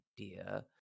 idea